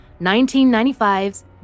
1995's